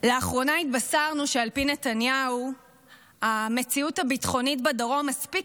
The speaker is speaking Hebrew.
לאחרונה התבשרנו שעל פי נתניהו המציאות הביטחונית בדרום מספיק